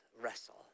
wrestle